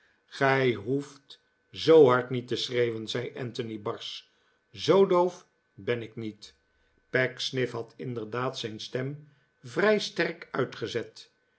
gij hoeft zoo hard niet te schreeuwen zei anthony barsch zoo doof ben ik niet pecksniff had inderdaad zijn stem vrij sterk uitgezet